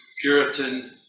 Puritan